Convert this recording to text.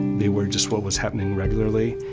they were just what was happening regularly,